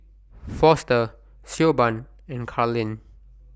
Foster Siobhan and Karlene